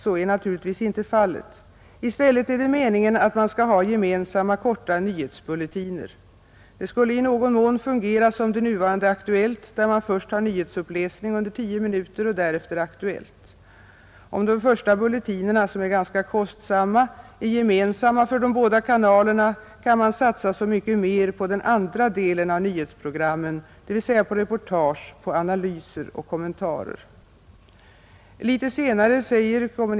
Så är naturligtvis inte fallet. I stället är det meningen att man skall ha gemensamma korta nyhetsbulletiner. Det skulle i någon mån fungera som det nuvarande Aktuellt, där man först har nyhetsuppläsning under tio minuter och därefter Aktuellt. Om de första bulletinerna, som är ganska kostsamma, är gemensamma för de båda kanalerna, kan man satsa så mycket mer på den andra delen av nyhetsprogrammen, dvs. på reportage, på analyser och kommentarer.